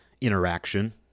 interaction